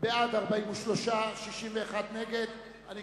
45 בעד, 56 נגד, אין נמנעים.